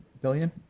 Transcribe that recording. billion